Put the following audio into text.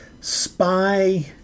spy